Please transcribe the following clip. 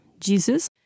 Jesus